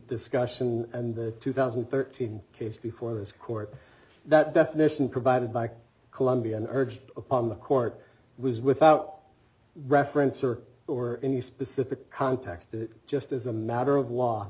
discussion and the two thousand and thirteen case before this court that definition provided by colombian urged upon the court was without reference or or any specific context just as a matter of law